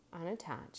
unattached